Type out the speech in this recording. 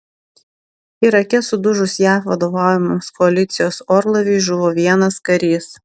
irake sudužus jav vadovaujamos koalicijos orlaiviui žuvo vienas karys